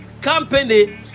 company